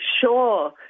Sure